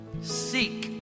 Seek